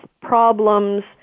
problems